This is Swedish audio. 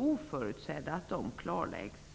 oförutsedda effekter snarast klarläggs.